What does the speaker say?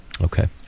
okay